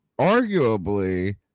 arguably